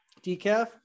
decaf